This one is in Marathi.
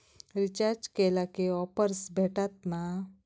रिचार्ज केला की ऑफर्स भेटात मा?